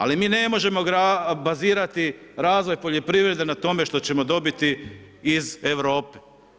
Ali mi ne možemo bazirati razvoj poljoprivrede na tome što ćemo dobiti iz Europe.